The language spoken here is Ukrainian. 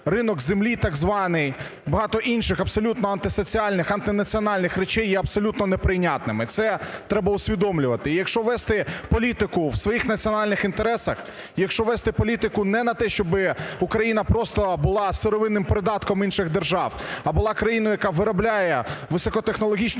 ринок землі так званий, багато інших, абсолютно антисоціальних, антинаціональних речей, - є абсолютно неприйнятними. Це треба усвідомлювати. І якщо вести політику в своїх національних інтересах, якщо вести політику не на те, щоб Україна просто була сировинним придатком інших держав, а була країною, яка виробляє високотехнологічну